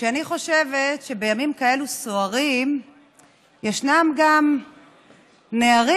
ואני חושבת שבימים כאלו סוערים ישנם גם נערים,